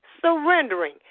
surrendering